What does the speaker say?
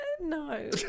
No